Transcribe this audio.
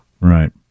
Right